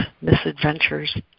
misadventures